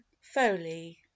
Foley